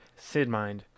Sidmind